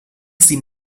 sie